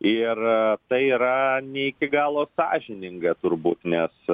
ir tai yra ne iki galo sąžininga turbūt nes